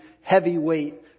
heavyweight